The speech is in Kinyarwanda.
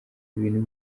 ibintu